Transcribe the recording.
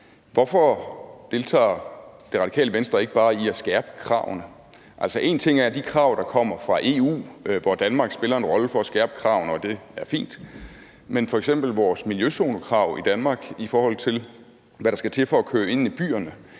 Hvorfor deltager Det Radikale Venstre ikke bare i at skærpe kravene? Én ting er de krav, der kommer fra EU, hvor Danmark spiller en rolle i at skærpe kravene, og det er fint. Men en anden ting er f.eks. vores miljøzonekrav i Danmark, i forhold til hvad der skal til for at køre inde i byerne.